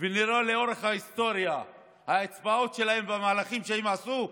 ונראה לאורך ההיסטוריה את האצבעות שלהם והמהלכים שהם עשו,